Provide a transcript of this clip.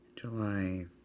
July